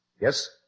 Yes